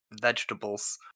vegetables